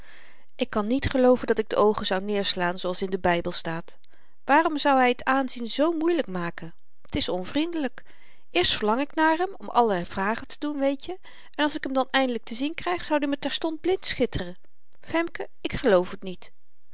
ik kan niet gelooven dat ik de oogen zou neerslaan zooals in den bybel staat waarom zou hy t àànzien zoo moeielyk maken t is onvriendelyk eerst verlang ik naar hem om allerlei vragen te doen weetje en als ik hem dan eindelyk te zien kryg zoud i me terstond blind schitteren femke ik geloof het niet